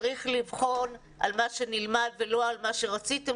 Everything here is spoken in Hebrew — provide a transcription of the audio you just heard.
צריך לבחון על מנת שנלמד ולא על מה שרציתם